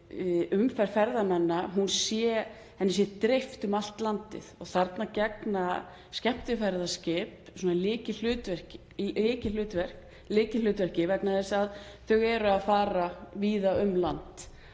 umferð ferðamanna sé dreift um allt landið. Þarna gegna skemmtiferðaskip lykilhlutverki vegna þess að þau fara víða um land.